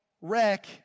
wreck